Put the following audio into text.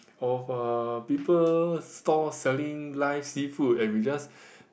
of eh people stall selling live seafood and we just